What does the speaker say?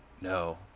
No